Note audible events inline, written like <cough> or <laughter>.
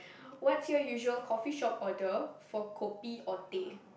<breath> what's your usual coffeeshop order for kopi or teh